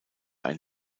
ein